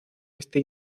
este